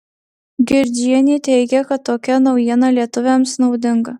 girdžienė teigia kad tokia naujiena lietuviams naudinga